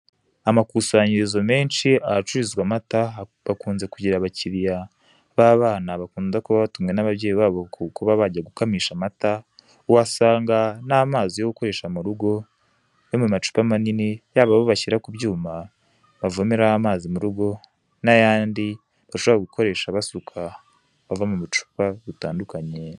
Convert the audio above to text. Amakusanyirizo menshi ahacururizwa amata bakunze kugira abakiriya b'abana bakunda kuba batumwe n'ababyeyi babo kuba bajya gukamisha amata, uhasanga n'amazi yo gukoresha mu rugo yo mu macupa manini yaba ayo bashyira ku byuma bavomeraho amazi mu rugo n'ayandi bashobora gukoresha basuka aba ava mu bucupa butandukanye.